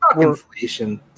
inflation